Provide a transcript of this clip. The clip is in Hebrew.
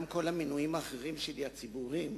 גם כל המינויים האחרים שלי הציבוריים,